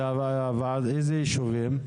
איזה ישובים?